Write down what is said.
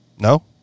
No